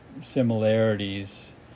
similarities